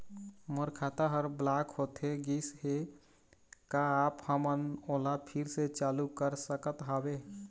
मोर खाता हर ब्लॉक होथे गिस हे, का आप हमन ओला फिर से चालू कर सकत हावे?